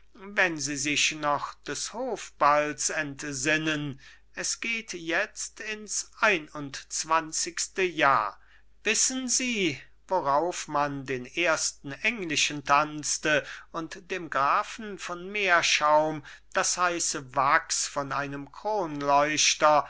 fahren wenn sie sich noch des hofballs entsinnen es geht jetzt ins einundzwanzigste jahr wissen sie worauf man den ersten englischen tanzte und dem grafen von meerschaum das heiße wachs von einem kronleuchter